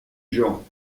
gens